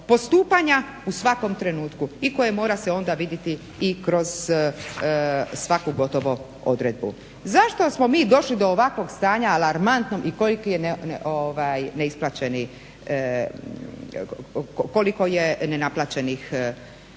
postupanja u svakom trenutku i koje se onda mora viditi i kroz svaku, gotovo odredbu. Zašto smo mi došli do ovakvog stanja alarmantnom i koliki je neisplaćeni, koliko